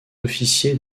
officier